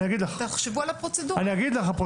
תחשבו על הפרוצדורה אני אגיד לך.